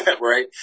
right